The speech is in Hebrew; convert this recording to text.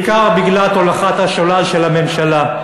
בעיקר בגלל הולכת השולל של הממשלה,